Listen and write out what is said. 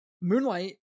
Moonlight